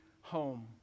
home